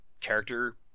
character